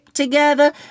Together